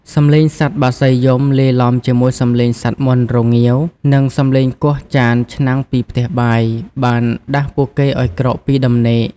សំឡេងសត្វបក្សីយំ លាយឡំជាមួយសំឡេងសត្វមាន់រងាវ និងសំឡេងគោះចានឆ្នាំងពីផ្ទះបាយ បានដាស់ពួកគេឲ្យក្រោកពីដំណេក។